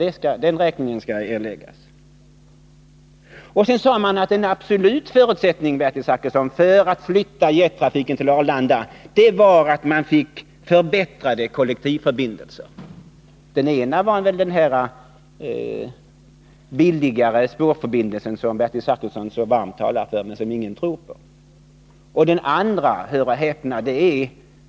Sedan sade man, Bertil Zachrisson, att en absolut förutsättning för att flytta jettrafiken till Arlanda var att man fick förbättrade kollektivförbin delser. Ett alternativ var den billigare spårförbindelse som Bertil Zachrisson så varmt talar för men som ingen tror på. Ett annat alternativ var — hör och häpna!